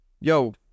yo